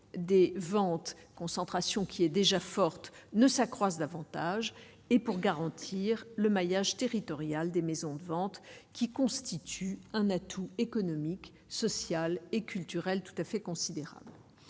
ventes concentration qui est déjà forte ne s'accroissent davantage et pour garantir le maillage territorial des maisons de vente qui constitue un atout économique, social et culturel tout à fait considérable